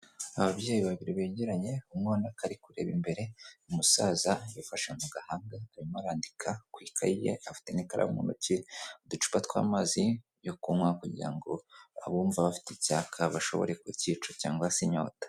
Ababyeyi babiri begeranye umwe ubona ko ari kureba imbere, umusaza yafashe mu gahanga arimo arandika ku ikayi ye afite n'ikaramu mu ntoki uducupa tw'amazi yo kunywa kugira ngo abumva bafite icyaka bashobore kucyica cyangwa se inyota.